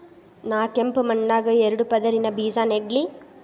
ನಾ ಕೆಂಪ್ ಮಣ್ಣಾಗ ಎರಡು ಪದರಿನ ಬೇಜಾ ನೆಡ್ಲಿ?